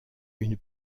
une